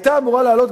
היתה אמורה לעלות,